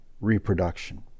reproduction